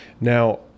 Now